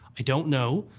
i don't know,